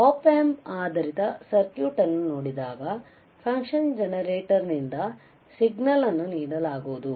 app amp ಆಧಾರಿತ circuit ಅನ್ನು ನೋಡಿದಾಗಫಂಕ್ಷನ್ ಜನರೇಟರ್ನಿಂದ ಸಿಗ್ನಲ್ ಅನ್ನುನೀಡಿಲಾಗುವುದು